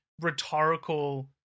rhetorical